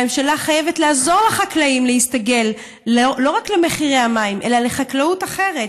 הממשלה חייבת לעזור לחקלאים להסתגל לא רק למחירי המים אלא לחקלאות אחרת.